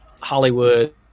Hollywood